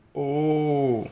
oh